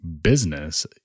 business